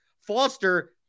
Foster